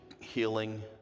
healing